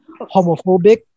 homophobic